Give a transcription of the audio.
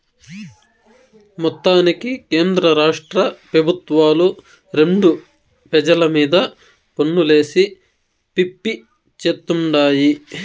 మొత్తానికి కేంద్రరాష్ట్ర పెబుత్వాలు రెండు పెజల మీద పన్నులేసి పిప్పి చేత్తుండాయి